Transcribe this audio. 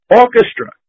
orchestra